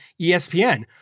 ESPN